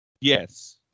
Yes